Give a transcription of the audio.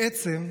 בעצם,